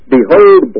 Behold